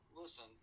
listen